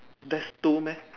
that's two meh